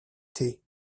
tea